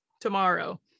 tomorrow